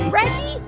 reggie,